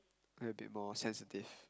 a bit more sensitive